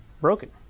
broken